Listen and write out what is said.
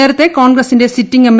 നേരത്തെ കോൺഗ്രസിന്റെ sitting M